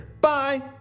Bye